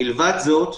מלבד זאת,